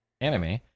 anime